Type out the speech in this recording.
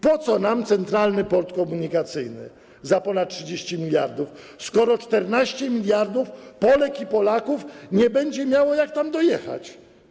Po co nam Centralny Port Komunikacyjny za ponad 30 mld, skoro 14 mln Polek i Polaków nie będzie miało jak tam dojechać?